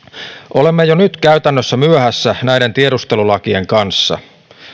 olemme jo nyt käytännössä myöhässä näiden tiedustelulakien kanssa